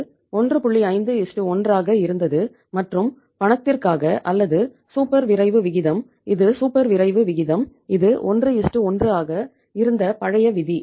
51 ஆக இருந்தது மற்றும் பணத்திற்காக அல்லது சூப்பர் விரைவு விகிதம் இது 11 ஆக இருந்த பழைய விதி